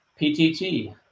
PTT